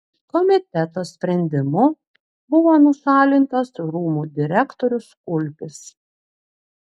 komiteto sprendimu buvo nušalintas rūmų direktorius kulpis